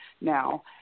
now